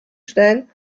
stellen